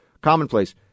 commonplace